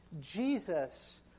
Jesus